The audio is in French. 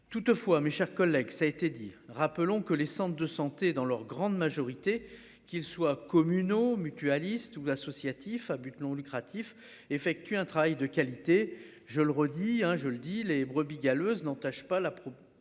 Toutefois, mes chers collègues. Ça a été dit, rappelons que les centres de santé dans leur grande majorité, qu'ils soient communaux mutualiste ou l'associatif à but non lucratif effectuer un travail de qualité. Je le redis, hein, je le dis les brebis galeuses n'entache pas la bite